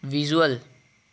visual